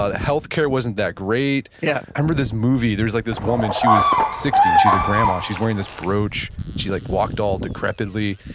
ah healthcare wasn't that great. i yeah remember this movie, there's like this woman, she was sixty, and she's a grandma, she's wearing this brooch, and she like walked all decrepitly.